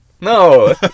No